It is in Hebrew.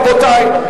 רבותי,